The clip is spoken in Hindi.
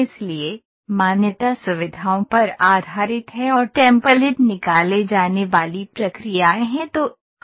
इसलिए मान्यता सुविधाओं पर आधारित है और टेम्पलेट निकाले जाने वाली प्रक्रियाएं हैं